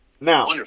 Now